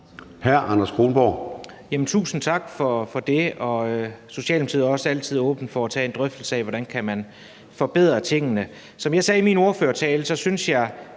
11:19 Anders Kronborg (S): Tusind tak for det, og Socialdemokratiet er også altid åben for at tage en drøftelse af, hvordan man kan forbedre tingene. Som jeg sagde i min ordførertale, synes jeg,